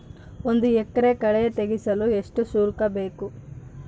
ಒಂದು ಎಕರೆ ಕಳೆ ತೆಗೆಸಲು ಎಷ್ಟು ಶುಲ್ಕ ಬೇಕು?